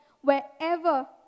wherever